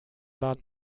baden